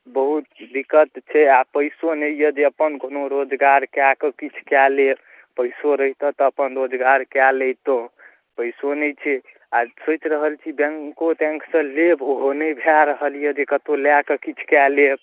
बहुत दिक्कत छै आ पैसो नहि यऽ जे अपन कोनो रोजगार कए कऽ किछु कए ले पैसो रहितै तऽ अपन रोजगार कए लितहुँ पैसो नहि छै आ सोचि रहल छी बैंको तैन्कसँ लेब ओहो नहि भए रहल यऽ जे कतहुँ लए कऽ किछु कए लेब